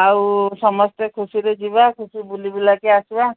ଆଉ ସମସ୍ତେ ଖୁସିରେ ଯିବା ଖୁସି ବୁଲିବୁଲାକି ଆସିବା